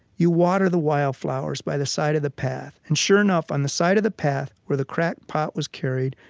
you water the wild flowers by the side of the path. and sure enough, on the side of the path where the cracked pot was carried,